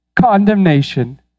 condemnation